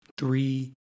Three